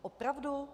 Opravdu?